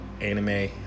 anime